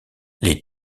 les